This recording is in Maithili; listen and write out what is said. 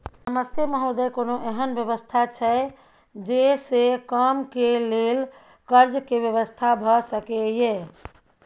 नमस्ते महोदय, कोनो एहन व्यवस्था छै जे से कम के लेल कर्ज के व्यवस्था भ सके ये?